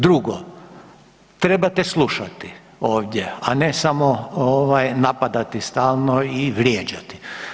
Drugo, trebate slušati ovdje, a ne samo ovaj napadati stalno i vrijeđati.